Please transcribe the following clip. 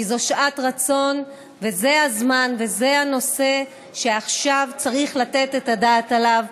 כי זו שעת רצון וזה הזמן וזה הנושא שעכשיו צריך לתת את הדעת עליו,